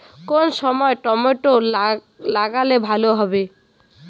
কোন সময় টমেটো লাগালে ভালো হবে?